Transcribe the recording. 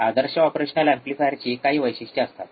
आदर्श operational एम्प्लीफायरची काही वैशिष्ट्ये असतात